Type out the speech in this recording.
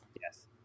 Yes